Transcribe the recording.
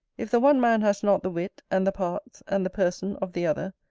if the one man has not the wit, and the parts, and the person, of the other,